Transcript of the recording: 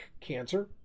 cancer